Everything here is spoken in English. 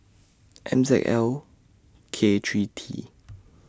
M Z L K three T